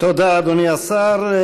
תודה, אדוני השר.